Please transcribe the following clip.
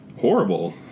Horrible